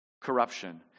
corruption